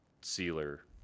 sealer